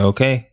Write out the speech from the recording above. Okay